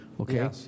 okay